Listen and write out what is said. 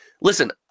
listen